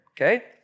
okay